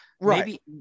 Right